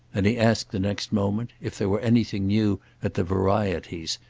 and he asked the next moment if there were anything new at the varieties,